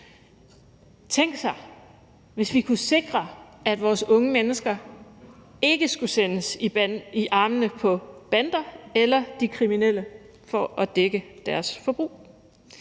Tænk sig, hvis vi kunne sikre, at vores unge mennesker ikke skulle sendes i armene på bander eller de kriminelle for at dække deres forbrug.